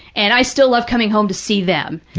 and i still love coming home to see them.